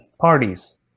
parties